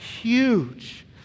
huge